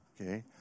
okay